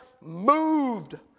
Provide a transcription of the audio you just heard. moved